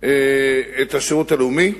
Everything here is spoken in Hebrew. את השירות הלאומי,